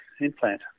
implant